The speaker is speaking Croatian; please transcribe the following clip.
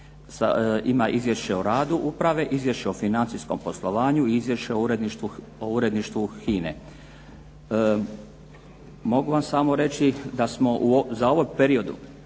Ima izvješće o radu uprave, izvješće o financijskom poslovanju i izvješće o uredništvu HINE. Mogu vam samo reći da smo za ovom periodu